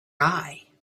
eye